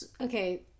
Okay